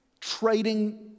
trading